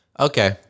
Okay